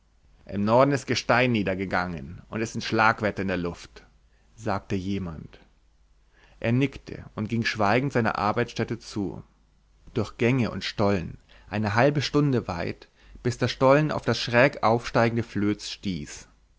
im norden ist gestein niedergegangen und es sind schlagwetter in der luft sagte jemand er nickte und ging schweigend seiner arbeitsstätte zu durch gänge und stollen eine halbe stunde weit bis der stollen auf das schräg aufsteigende flöz stieß